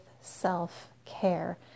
self-care